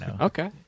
Okay